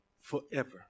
forever